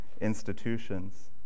institutions